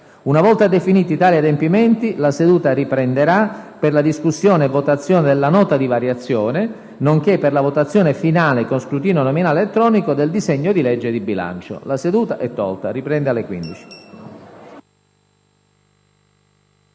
Una volta definiti tali adempimenti, la seduta riprenderà per la discussione e votazione della Nota di variazioni, nonché per la votazione finale con scrutinio nominale elettronico del disegno di legge di bilancio. **Interrogazioni, annunzio**